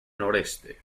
noreste